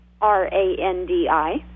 R-A-N-D-I